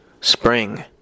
spring